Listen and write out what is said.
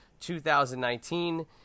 2019